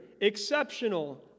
exceptional